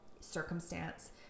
circumstance